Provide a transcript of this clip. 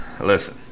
listen